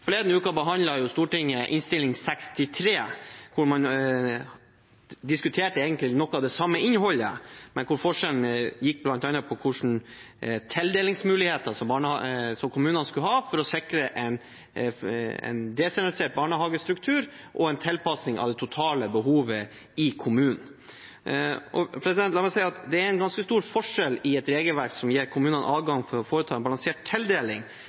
Forleden uke behandlet Stortinget Innst. 63 S for 2020–2021, hvor man egentlig diskuterte noe av det samme innholdet, men hvor forskjellen bl.a. gikk på hvilke tildelingsmuligheter kommunene skulle ha for å sikre en desentralisert barnehagestruktur og en tilpasning av det totale behovet i kommunen. La meg si at det er en ganske stor forskjell på et regelverk som gir kommunene adgang til å foreta en balansert tildeling,